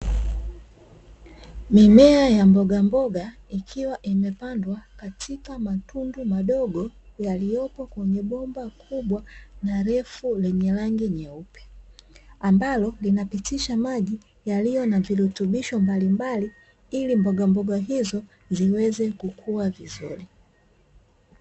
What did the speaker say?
Mimea ya mbogamboga ikiwa imepandwa katika matundu madogo yaliyopo kwenye bomba kubwa na refu lenye rangi nyeupe, ambalo linapitisha maji yaliyo na virutubisho mbalimbali ili mbogamboga hizo ziweze kukua vizuri.